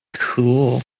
Cool